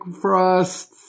Frost